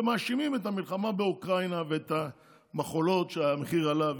ומאשימים את המלחמה באוקראינה ואת המכולות בכך שהמחיר עלה,